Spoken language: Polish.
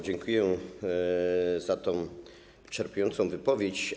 Dziękuję za tę wyczerpującą wypowiedź.